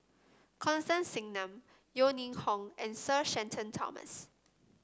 Constance Singam Yeo Ning Hong and Sir Shenton Thomas